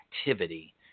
activity